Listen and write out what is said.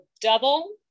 double